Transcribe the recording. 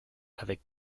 avec